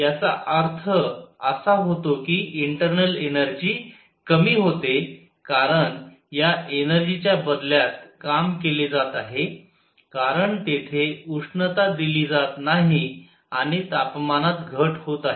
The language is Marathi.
याचा अर्थ असा होतो की इंटर्नल एनर्जी कमी होते कारण या एनर्जी च्या बदल्यात काम केले जात आहे कारण तेथे उष्णता दिली जात नाही आणि तापमानात घट होत आहे